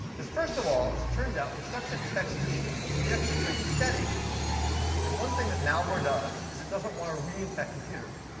first of all, as it turns out, when stuxnet and affects a machine, it actually creates a setting on the machine. because one thing that malware does is it doesn't want to reinfect computers.